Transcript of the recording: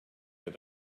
had